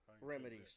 remedies